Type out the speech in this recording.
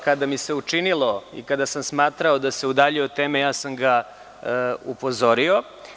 Kada mi se učinilo i kada sam smatrao da se udaljio od teme ja sam ga upozorio.